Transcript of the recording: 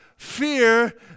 Fear